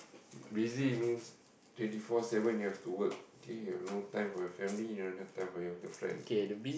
busy means twenty four seven you have to work okay you have no time for your family you don't have time for your girlfriend